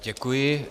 Děkuji.